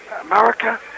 America